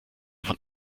von